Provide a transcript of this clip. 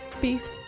Beef